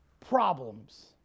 problems